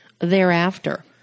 thereafter